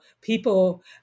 people